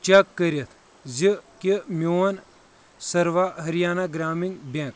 check کٔرِتھ زِ کہِ میٛون سٔروا ہریانہ گرٛامیٖن بیٚنٛک